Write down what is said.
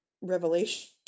revelation